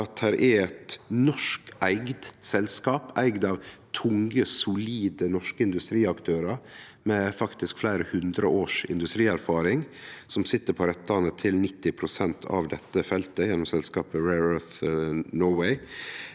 at det er eit norskeigd selskap, eigd av tunge, solide, norske industriaktørar med fleire hundre års industrierfaring, som sit på rettane til 90 pst. av dette feltet, gjennom selskapet Rare Earths Norway.